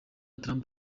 trump